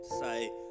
say